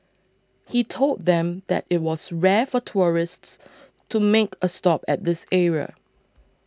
he told them that it was rare for tourists to make a stop at this area